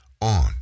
on